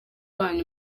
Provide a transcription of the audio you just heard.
wanyu